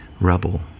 rubble